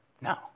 No